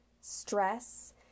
stress